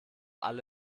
alle